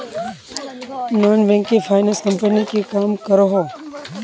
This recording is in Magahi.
नॉन बैंकिंग फाइनांस कंपनी की काम करोहो?